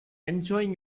enjoying